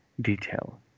detail